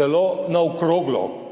zelo na okroglo.